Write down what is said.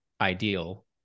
ideal